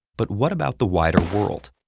but what about the wider world?